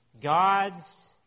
God's